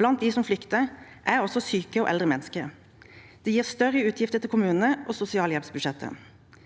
Blant dem som flykter, er også syke og eldre mennesker. Det gir større utgifter til kommunene og sosialhjelpsbudsjettene.